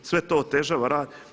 Sve to otežava rad.